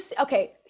okay